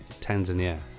Tanzania